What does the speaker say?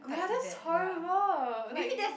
ya that's horrible like you